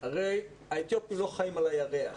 הרי האתיופים לא חיים על הירח,